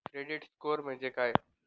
Credit score म्हणजे काय?